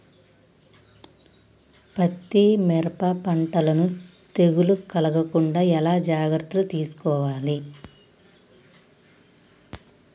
పత్తి మిరప పంటలను తెగులు కలగకుండా ఎలా జాగ్రత్తలు తీసుకోవాలి?